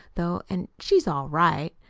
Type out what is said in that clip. though, and she's all right.